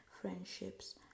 friendships